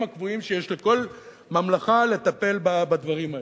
הקבועים שיש לכל ממלכה לטפל בדברים האלה.